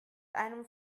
einem